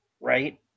right